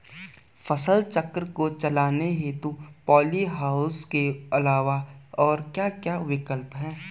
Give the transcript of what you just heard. फसल चक्र को चलाने हेतु पॉली हाउस के अलावा और क्या क्या विकल्प हैं?